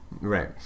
Right